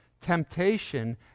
temptation